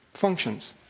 Functions